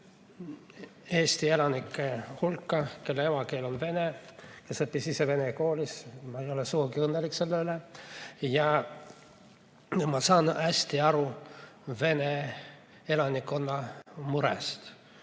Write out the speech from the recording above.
Eesti elanike hulka, kelle emakeel on vene keel, kes õppis vene koolis. Ma ei ole sugugi õnnelik selle üle. Ma saan hästi aru vene elanikkonna murest